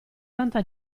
tanta